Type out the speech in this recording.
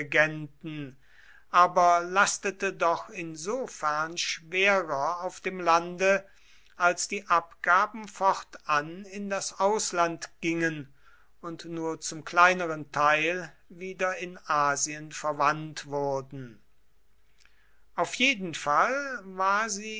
aber lastete doch insofern schwerer auf dem lande als die abgaben fortan in das ausland gingen und nur zum kleineren teil wieder in asien verwandt wurden und auf jeden fall war sie